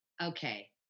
okay